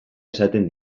esaten